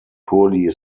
poorly